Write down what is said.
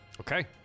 Okay